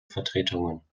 vertretungen